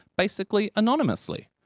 basically, anonymously.